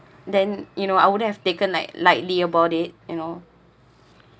then you know I wouldn't have taken like lightly about it you know